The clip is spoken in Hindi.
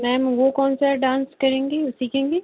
मैम वो कौन सा डांस करेंगी सीखेंगी